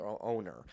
owner